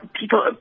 people